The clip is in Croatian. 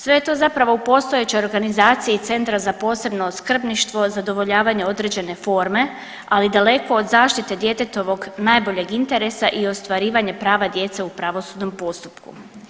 Sve je to zapravo u postojećoj organizaciji centra za posebno skrbništvo zadovoljavanje određene forme, ali daleko od zaštite djetetovog najboljeg interesa i ostvarivanje prava djece u pravosudnom postupku.